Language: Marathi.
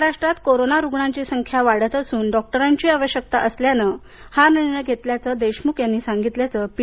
महाराष्ट्रात कोरोना रुग्णांची संख्या वाढत असून डॉक्टरांची आवश्यकता असल्यानं हा निर्णय घेतल्याचं देशमुख यांनी सांगितल्याचं पी